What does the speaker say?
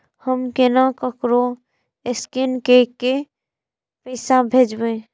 हम केना ककरो स्केने कैके पैसा भेजब?